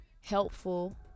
Helpful